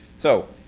so.